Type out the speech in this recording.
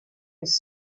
his